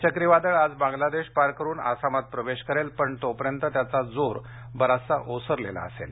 हे चक्रीवादळ आज बांगलादेश पार करून आसामात प्रवेश करेल पण तोपर्यंत त्याचा जोर बराच ओसरलेला असेल